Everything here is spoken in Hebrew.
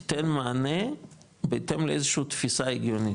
תיתן מענה בהתאם לאיזשהו תפיסה הגיונית,